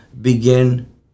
begin